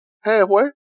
Halfway